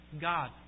God